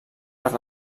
per